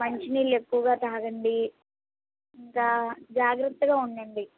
మంచినీళ్ళు ఎక్కువగా తాగండి ఇంకా జాగ్రత్తగా ఉండండి